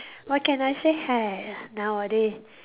what can I say !haiya! nowadays